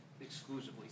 exclusively